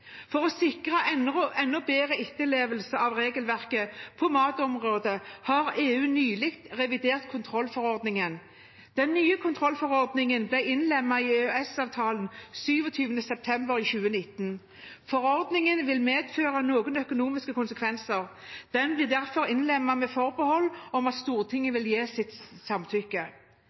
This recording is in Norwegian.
For å sikre en enda bedre etterlevelse av regelverket på matområdet har EU nylig revidert kontrollforordningen. Den nye kontrollforordningen ble innlemmet i EØS-avtalen 27. september i 2019. Forordningen vil ha noen økonomiske konsekvenser. Den blir derfor innlemmet med forbehold om at Stortinget vil gi sitt samtykke.